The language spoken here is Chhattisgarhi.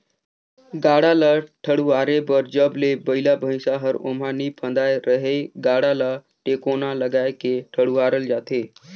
गाड़ा ल ठडुवारे बर जब ले बइला भइसा हर ओमहा नी फदाय रहेए गाड़ा ल टेकोना लगाय के ठडुवारल जाथे